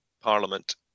Parliament